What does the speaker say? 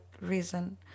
reason